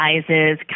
sizes